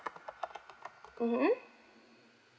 mmhmm